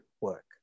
work